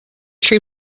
tree